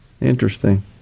Interesting